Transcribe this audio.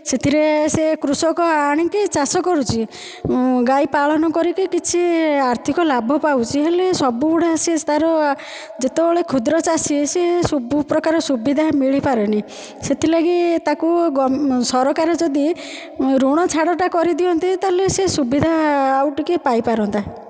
ସେଥିରେ ସେ କୃଷକ ଆଣିକି ଚାଷ କରୁଛି ଗାଈ ପାଳନ କରିକି କିଛି ଆର୍ଥିକ ଲାଭ ପାଉଛି ହେଲେ ସବୁଗୁଡ଼ାକ ସେ ତା'ର ଯେତେବେଳେ କ୍ଷୁଦ୍ର ଚାଷୀ ସେ ସବୁପ୍ରକାର ସୁବିଧା ମିଳି ପାରେନି ସେଥିଲାଗି ତାକୁ ସରକାର ଯଦି ଋଣ ଛାଡ଼ଟା କରିଦିଅନ୍ତେ ତା'ହେଲେ ସେ ସୁବିଧା ଆଉ ଟିକେ ପାଇଁ ପାରନ୍ତା